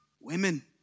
women